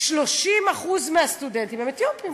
30% מהסטודנטים הם אתיופים.